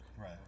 Right